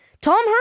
Tom